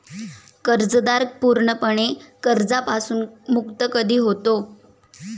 कर्जदार पूर्णपणे कर्जापासून मुक्त कधी होतो?